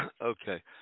Okay